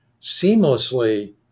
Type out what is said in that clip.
seamlessly